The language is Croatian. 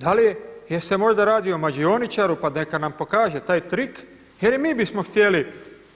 Da li je, je li se možda radi o mađioničaru pa neka nam pokaže taj trik jer i mi bismo htjeli